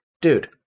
dude